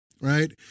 right